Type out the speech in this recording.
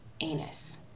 anus